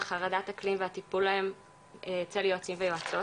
חרדת אקלים והטיפול אצל יועצים ויועצות.